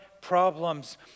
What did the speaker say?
problems